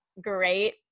great